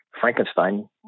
Frankenstein